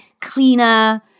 cleaner